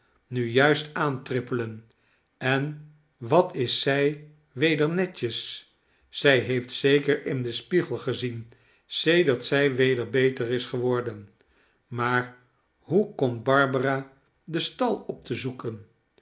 nu j uist aantrippelen en wat is zij weder netjes zij heeft zeker in den spiegel gezien sedert zij weder beter is geworden maar hoe komt barbara den stal op te zoeken